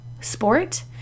sport